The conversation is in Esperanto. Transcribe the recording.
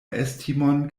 estimon